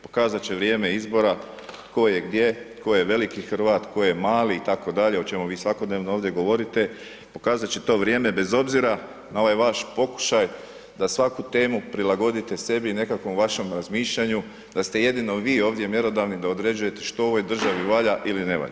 Pokazat će vrijeme izbora tko je gdje, tko je veliki Hrvat, tko je mali, i tako dalje, o čemu vi svakodnevno ovdje govorite, pokazat će to vrijeme bez obzira na ovaj vaš pokušaj da svaku temu prilagodite sebi i nekakvom vašem razmišljanju, da ste jedino vi ovdje mjerodavni da određujete što u ovoj državi valja ili ne valja.